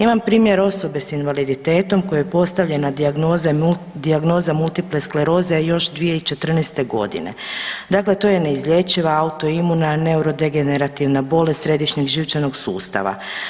Imam primjer osobe s invaliditetom kojoj je postavljena dijagnoza multiple skleroze još 2014.g., dakle to je neizlječiva, autoimuna, neurodegerativna bolest središnjeg živčanog sustava.